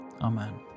amen